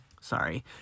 sorry